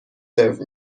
سرو